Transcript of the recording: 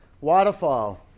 waterfall